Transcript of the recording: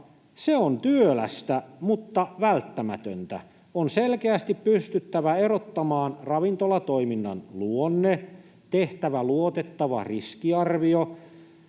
Se on työlästä mutta välttämätöntä. On selkeästi pystyttävä erottamaan ravintolatoiminnan luonne, tehtävä luotettava riskiarvio